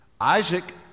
Isaac